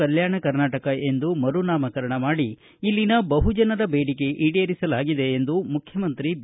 ಕಲ್ಗಾಣ ಕರ್ನಾಟಕ ಎಂದು ಮರುನಾಮಕರಣ ಮಾಡಿ ಇಲ್ಲಿನ ಬಹುಜನರ ಬೇಡಿಕೆ ಈಡೇರಿಸಲಾಗಿದೆ ಎಂದು ಮುಖ್ಯಮಂತ್ರಿ ಬಿ